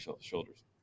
shoulders